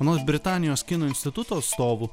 anot britanijos kino instituto atstovų